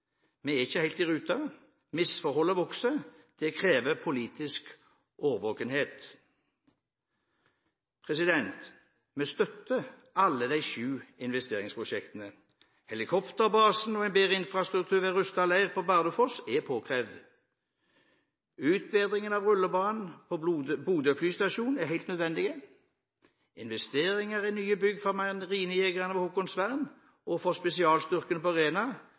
Vi er ikke helt i rute. Misforholdet vokser. Det krever politisk årvåkenhet. Vi støtter alle de sju investeringsprosjektene. Helikopterbasen og en bedre infrastruktur ved Rusta leir på Bardufoss er påkrevd. Utbedringen av rullebanen på Bodø hovedflystasjon er helt nødvendig. Investeringer i nye bygg for marinejegerne ved Haakonsvern og for spesialstyrkene på